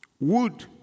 wood